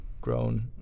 grown